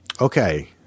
Okay